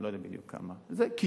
אני לא יודע בדיוק, זה קיום.